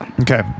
okay